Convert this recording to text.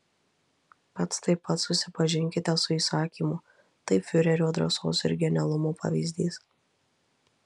pats taip pat susipažinkite su įsakymu tai fiurerio drąsos ir genialumo pavyzdys